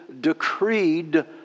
decreed